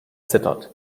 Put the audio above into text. zittert